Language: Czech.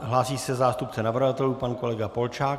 Hlásí se zástupce navrhovatelů pan kolega Polčák.